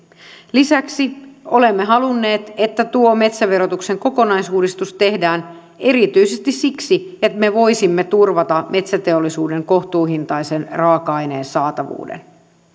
olemme halunneet että tuo metsäverotuksen kokonaisuudistus tehdään erityisesti siksi että me voisimme turvata metsäteollisuuden kohtuuhintaisen raaka aineen saatavuuden